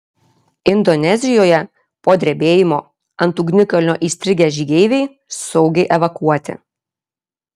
indonezijoje po drebėjimo ant ugnikalnio įstrigę žygeiviai saugiai evakuoti